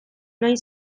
nahi